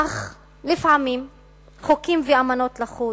אך לפעמים חוקים ואמנות לחוד